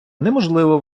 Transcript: неможливо